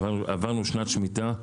עברנו שנת שמיטה,